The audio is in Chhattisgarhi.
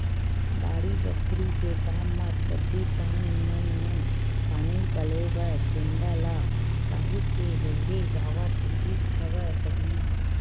बाड़ी बखरी के काम म सब्जी पान मन म पानी पलोय बर टेंड़ा ल काहेच के बउरे जावत रिहिस हवय पहिली